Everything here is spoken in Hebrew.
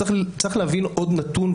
צריך להבין עוד נתון,